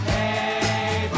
Hey